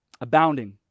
abounding